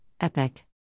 Epic